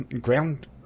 ground